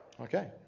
Okay